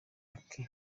ake